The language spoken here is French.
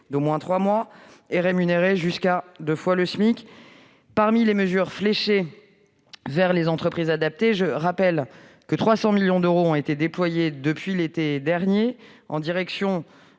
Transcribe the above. d'au moins trois mois rémunéré jusqu'à deux fois le SMIC. Parmi les mesures fléchées vers les entreprises adaptées, rappelons que 300 millions d'euros ont été déployés depuis l'été dernier, en direction